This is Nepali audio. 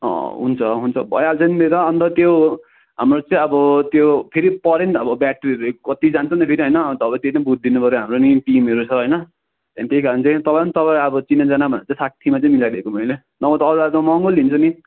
हुन्छ हुन्छ भइहाल्छ नि मेरो अन्त त्यो हाम्रो चाहिँ अब त्यो फेरि पर्यो नि त अब व्यक्तिहरू कति जान्छन् कति जान्छन् होइन त्यो नि बुझिदिनु पर्यो हाम्रो नि टिमहरू छ अनि त्यही कारण चाहिँ तपाईँलाई नि तपाईँ अब चिनाजाना भनेर चाहिँ साठीमा चाहिँ मिसाइदिएको मैले नभए त अरूलाई महँगो लिन्छु नि